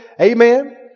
Amen